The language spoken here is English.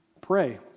pray